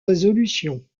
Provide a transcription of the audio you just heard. résolutions